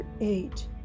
Eight